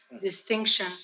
distinction